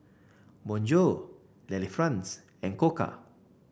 Bonjour Delifrance and Koka